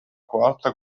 quarta